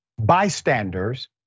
Bystanders